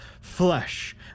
flesh